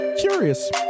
Curious